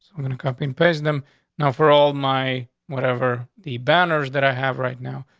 we're gonna company and pays them no. for all my whatever the banners that i have right now,